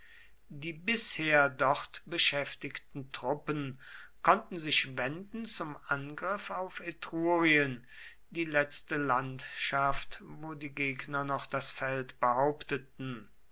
die bisher dort beschäftigten truppen konnten sich wenden zum angriff auf etrurien die letzte landschaft wo die gegner noch das feld behaupteten